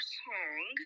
song